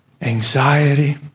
anxiety